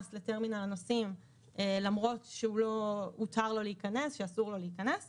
לטרמינל הנוסעים למרות שלא הותר לו להיכנס,